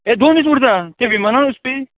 हें दोन दीस उरता तें विमानान वचपी